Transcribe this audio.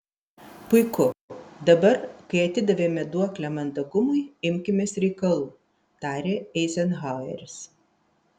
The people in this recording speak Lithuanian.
puiku dabar kai atidavėme duoklę mandagumui imkimės reikalų tarė eizenhaueris